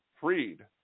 freed